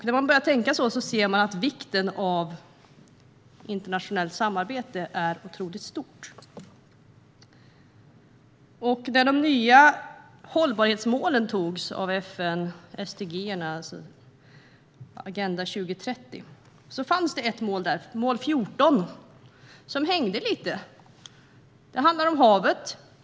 När man börjar tänka så inser man att vikten av internationellt samarbete är otroligt stor. I de nya hållbarhetsmålen som antogs av FN, Agenda 2030, fanns det ett mål, mål 14, som hängde lite. Det handlar om havet.